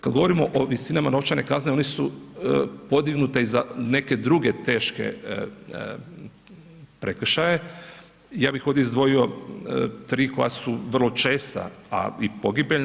Kad govorimo o visinama novčane kazne one su podignute i za neke druge teške prekršaje, ja bih ovdje izdvojio 3 koja su vrlo česta, a i pogibeljna.